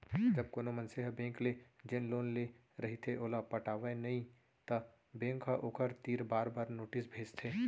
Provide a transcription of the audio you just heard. जब कोनो मनसे ह बेंक ले जेन लोन ले रहिथे ओला पटावय नइ त बेंक ह ओखर तीर बार बार नोटिस भेजथे